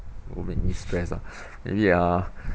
what make me stress ah maybe uh